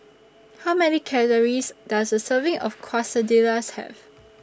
How Many Calories Does A Serving of Quesadillas Have